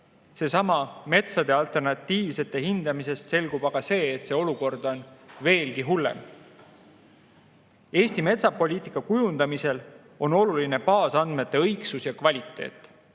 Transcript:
võrra. Metsade alternatiivsest hindamisest selgub aga, et olukord on veelgi hullem. Eesti metsapoliitika kujundamisel on oluline baasandmete õigsus ja kvaliteet.